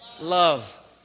love